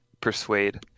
persuade